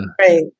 Right